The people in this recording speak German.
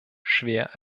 schwer